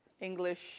English